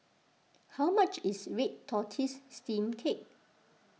how much is Red Tortoise Steamed Cake